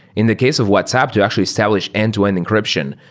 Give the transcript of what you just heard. in the case of whatsapp, to actually establish end-to-end encryption,